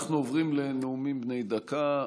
אנחנו עוברים לנאומים בני דקה.